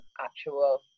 actual